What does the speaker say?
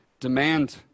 demand